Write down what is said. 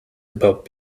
about